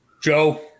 Joe –